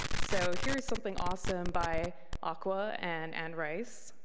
so here is something awesome by aqua and anne rice.